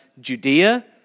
Judea